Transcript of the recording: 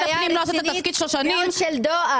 אבל הבנתי שהיה דיון על היתום ולא הגעתם עדיין,